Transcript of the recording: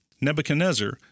Nebuchadnezzar